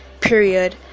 period